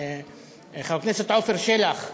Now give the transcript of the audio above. חבר הכנסת עפר שלח,